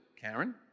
Karen